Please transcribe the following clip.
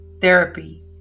therapy